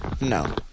no